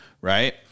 right